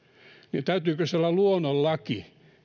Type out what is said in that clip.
täytyykö se olla luonnonlaki